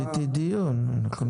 ערכנו דיון.